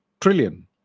Trillion